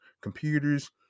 computers